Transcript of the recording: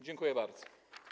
Dziękuję bardzo.